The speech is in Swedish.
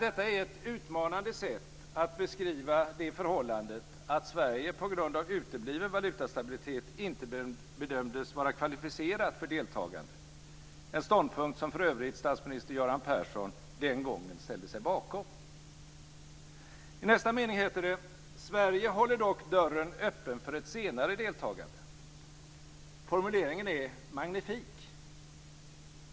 Detta är ett utmanande sätt att beskriva det förhållandet att Sverige på grund av utebliven valutastabilitet inte bedömdes vara kvalificerat för deltagande - en ståndpunkt som för övrigt statsminister Göran Persson den gången ställde sig bakom. I nästa mening heter det: "Sverige håller dock dörren öppen för ett senare deltagande." Formuleringen är magnifik.